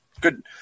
Good